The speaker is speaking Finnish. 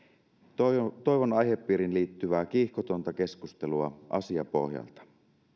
toivon toivon aihepiiriin liittyvää kiihkotonta keskustelua asiapohjalta